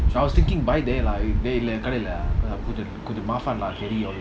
I was thinking buy there lah கடைல:kadaila mafan lah carry all the way